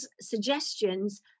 suggestions